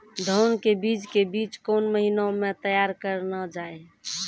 धान के बीज के बीच कौन महीना मैं तैयार करना जाए?